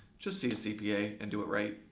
just see a cpa and do it right.